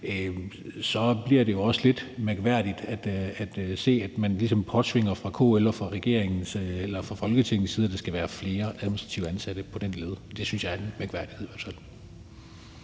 bliver det jo også lidt mærkværdigt at se, at man fra KL's og Folketingets side ligesom påtvinger, at der skal være flere administrativt ansatte på den leder. Det synes jeg er en mærkværdighed.